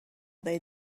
they